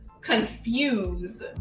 confuse